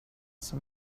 som